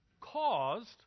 caused